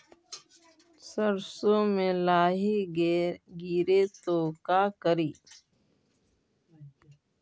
सरसो मे लाहि गिरे तो का करि?